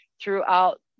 throughout